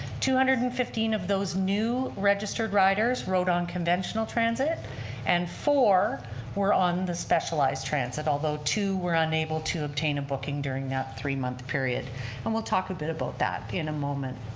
two hundred and fifteen of those new registered riders rode on conventional transit and four were on the specialized transit although two were unable to obtain a booking during that three month period and we'll talk a bit about that in a moment.